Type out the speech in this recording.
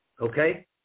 Okay